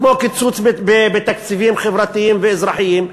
כמו קיצוץ בתקציבים חברתיים ואזרחיים,